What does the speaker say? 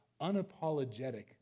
unapologetic